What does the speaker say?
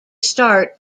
start